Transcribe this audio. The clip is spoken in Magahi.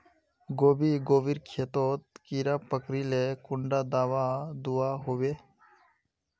गोभी गोभिर खेतोत कीड़ा पकरिले कुंडा दाबा दुआहोबे?